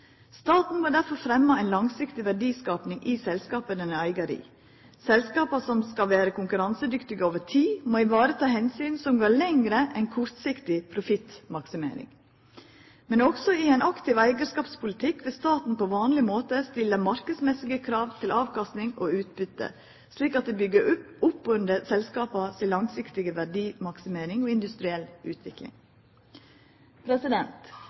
Staten må derfor fremja ei langsiktig verdiskaping i selskapa ein er eigar i. Selskapa som skal vera konkurransedyktige over tid, må ta vare på omsyn som går lenger enn kortsiktig profittmaksimering. Men også i ein aktiv eigarskapspolitikk vil staten på vanleg måte stilla marknadsmessige krav til avkasting og utbytte, slik at ein byggjer opp under selskapa si langsiktige verdimaksimering og